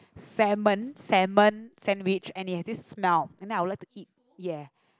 Salmon Salmon sandwich and it have this smell and then I would like to eat ya